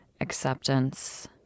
acceptance